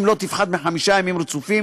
של בן הזוג לא תפחת מחמישה ימים רצופים,